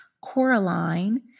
Coraline